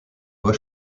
doit